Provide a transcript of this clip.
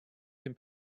can